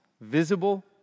visible